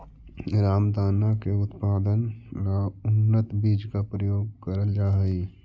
रामदाना के उत्पादन ला उन्नत बीज का प्रयोग करल जा हई